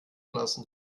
lassen